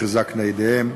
תחזקנה ידיהם.